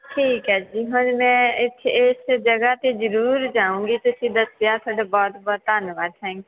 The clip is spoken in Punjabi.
ਠੀਕ ਹੈ ਜੀ ਹੁਣ ਮੈਂ ਇੱਥੇ ਇਸ ਜਗ੍ਹਾ 'ਤੇ ਜ਼ਰੂਰ ਜਾਊਂਗੀ ਤੁਸੀਂ ਦੱਸਿਆ ਤੁਹਾਡਾ ਬਹੁਤ ਬਹੁਤ ਧੰਨਵਾਦ ਥੈਂਕਿ ਯੂ